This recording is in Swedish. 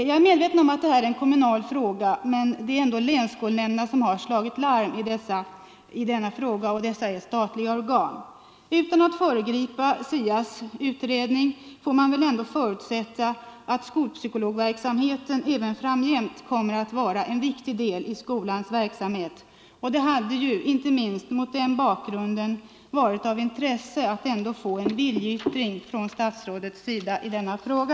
Jag är medveten om att detta är en kommunal fråga, men det är ändå länsskolnämnderna som har slagit larm i denna sak och de är statliga organ. Utan att föregripa resultatet av SIA:s arbete får man väl ändå förutsätta att skolpsykologverksamheten även framgent kommer att vara en viktig del av skolans verksamhet. Det hade inte minst mot den bakgrunden varit av intresse att få en viljeyttring från statsrådets sida i denna fråga.